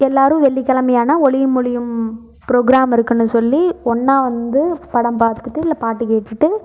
எல்லாரும் வெள்ளிக் கிழமையான ஒளியும் ஒளியும் ப்ரோக்ராம் இருக்குன்னு சொல்லி ஒன்னாக வந்து படம் பார்த்துட்டு இல்லை பாட்டு கேட்டுகிட்டு